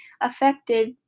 affected